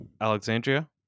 Alexandria